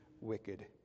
wicked